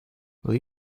will